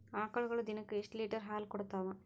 ಆಕಳುಗೊಳು ದಿನಕ್ಕ ಎಷ್ಟ ಲೀಟರ್ ಹಾಲ ಕುಡತಾವ?